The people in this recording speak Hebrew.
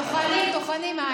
טוחנים,